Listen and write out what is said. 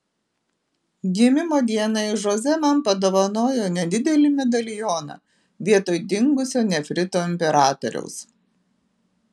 gimimo dienai žoze man padovanojo nedidelį medalioną vietoj dingusio nefrito imperatoriaus